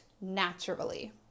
naturally